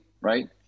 right